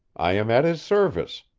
i am at his service,